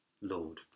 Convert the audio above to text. Lord